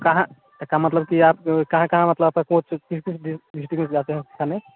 कहाँ का मतलब आप कहाँ कहाँ मतलब कोच मतलब किस किस डिस्ट्रिक में जाते हो खेलने